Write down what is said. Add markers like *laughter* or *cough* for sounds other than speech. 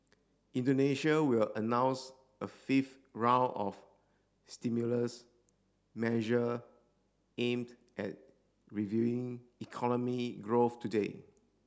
Indonesia will announce a fifth round of stimulus measure aimed at *unintelligible* economy growth today